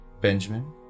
Benjamin